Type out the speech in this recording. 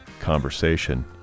conversation